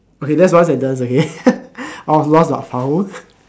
okay that's the ones that does okay